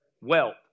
wealth